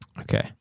Okay